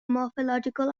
morphological